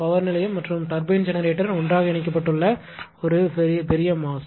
power நிலையம் மற்றும் turbine generator ஒன்றாக இணைக்கப்பட்டுள்ள ஒரு பெரிய மாஸ்